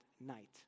night